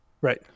Right